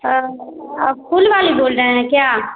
आप फूल वाले बोल रहे हैं क्या